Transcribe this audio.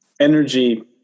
energy